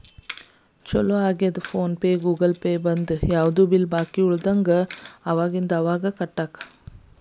ಚೊಲೋ ಆಗ್ಯದ PhonePe Google Pay ಬಂದು ಯಾವ್ದು ಬಿಲ್ ಬಾಕಿ ಉಳಿಲಾರದಂಗ ಅವಾಗಿಂದ ಅವಾಗ ಕಟ್ಟಾಕ